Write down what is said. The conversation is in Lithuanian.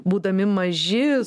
būdami maži